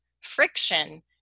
friction